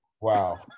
wow